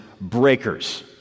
breakers